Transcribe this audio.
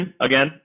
again